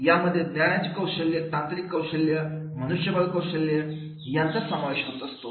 यामध्ये ज्ञानाची कौशल्य तांत्रिक कौशल्य मनुष्यबळ कौशल्य या सर्वांचा समावेश असतो